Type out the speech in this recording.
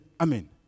Amen